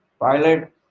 pilot